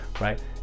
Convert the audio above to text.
right